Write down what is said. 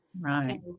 Right